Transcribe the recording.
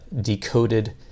decoded